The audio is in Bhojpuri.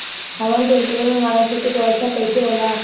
हमन के अंकुरण में वानस्पतिक अवस्था कइसे होला?